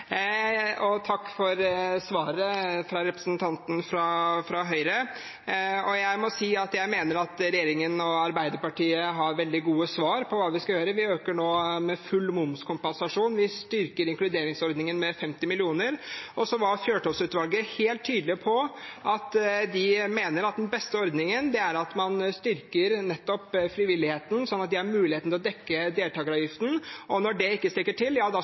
Takk for svaret til representanten fra Høyre. Jeg må si at jeg mener at regjeringen og Arbeiderpartiet har veldig gode svar på hva vi skal gjøre. Vi øker nå til full momskompensasjon, og vi styrker inkluderingsordningen med 50 mill. kr. Så var Fjørtoft-utvalget helt tydelig på at de mener at den beste ordningen er at man styrker nettopp frivilligheten, sånn at de har muligheten til å dekke deltakeravgiften. Når det ikke strekker til,